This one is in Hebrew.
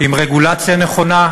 עם רגולציה נכונה,